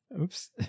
Oops